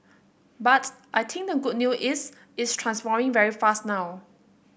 but I think the good new is it's transforming very fast now